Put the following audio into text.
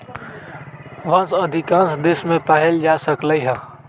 बांस अधिकांश देश मे पाएल जा सकलई ह